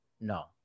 No